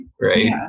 right